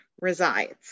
resides